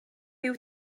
ydy